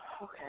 Okay